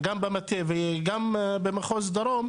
גם במטה וגם מול מחוז דרום,